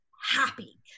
happy